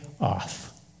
off